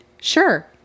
sure